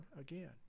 again